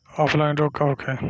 Offline रोग का होखे?